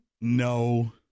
No